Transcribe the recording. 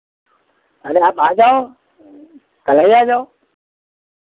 पहले आप आ जाओ कल्है आ जाओ